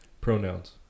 pronouns